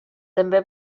també